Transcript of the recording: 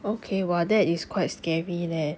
okay !wah! that is quite scary leh